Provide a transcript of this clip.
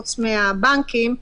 חוץ מהבנקים,